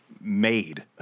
made